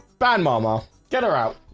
bad mama get her out